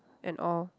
and all